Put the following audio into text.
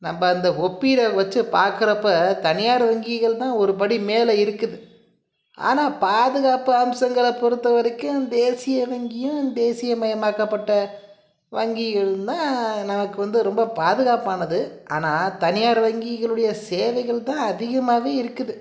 நம்ப அந்த ஒப்பீடை வச்சு பார்க்கறப்ப தனியார் வங்கிகள் தான் ஒரு படி மேலே இருக்குது ஆனால் பாதுகாப்பு அம்சங்களை பொறுத்தவரைக்கும் தேசிய வங்கியும் தேசியமயமாக்கப்பட்ட வங்கிகளும் தான் நமக்கு வந்து ரொம்ப பாதுகாப்பானது ஆனால் தனியார் வங்கிகளுடைய சேவைகள் தான் அதிகமாகவே இருக்குது